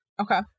okay